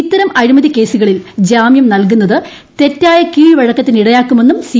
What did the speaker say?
ഇത്തരം അഴിമതികേസുകളിൽ ജാമ്യം നൽകുന്നത് തെറ്റായ കീഴ്വഴക്കത്തിനിടയാക്കുമെന്നും സി